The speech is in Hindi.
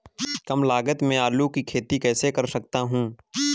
कम लागत में आलू की खेती कैसे कर सकता हूँ?